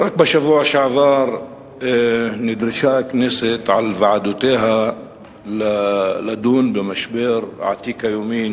רק בשבוע שעבר נדרשה הכנסת על ועדותיה לדון במשבר עתיק היומין